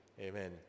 Amen